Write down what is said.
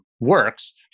works